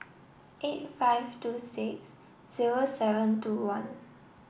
eight five two six zero seven two one